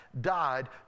died